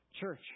Church